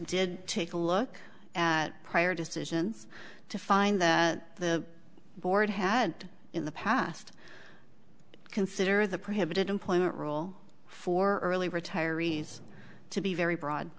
did take a look at prior decisions to find that the board had in the past consider the prohibited employment rule for early retirees to be very broad